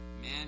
man